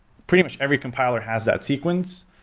pretty much, every compiler has that sequence,